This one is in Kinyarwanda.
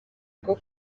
rwo